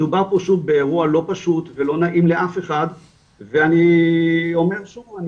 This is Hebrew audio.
דובר פה באירוע לא פשוט ולא נעים לאף אחד ואני אומר שוב,